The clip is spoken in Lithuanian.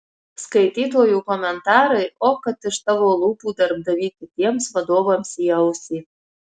skaitytojų komentarai o kad iš tavo lūpų darbdavy kitiems vadovams į ausį